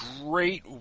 great